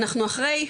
אנחנו אחרי,